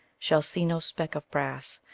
shall see no speck of brass,